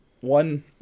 one